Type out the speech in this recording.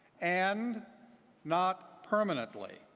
and not permanently.